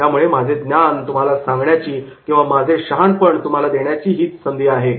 त्यामुळे माझे ज्ञान तुम्हाला सांगण्याची किंवा माझे शहाणपण तुम्हाला देण्याची हीच संधी आहे